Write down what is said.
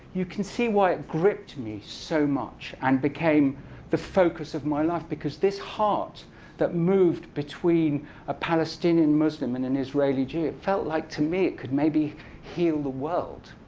you can see why it gripped me so much and became the focus of my life, because this heart that moved between a palestinian muslim and an israeli jew, it felt like to me it could maybe heal the world.